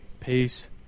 Peace